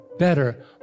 better